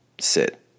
sit